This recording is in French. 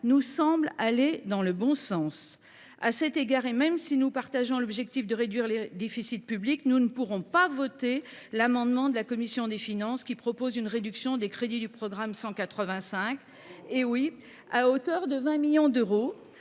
nous semblent aller dans le bon sens. À cet égard, et même si nous partageons l’objectif de réduire le déficit public, nous ne pourrons pas voter l’amendement de la commission des finances ; celle ci propose une réduction des crédits du programme 185, à hauteur de 20 millions d’euros.